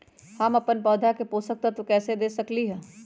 हम अपन पौधा के पोषक तत्व कैसे दे सकली ह?